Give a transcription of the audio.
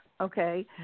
okay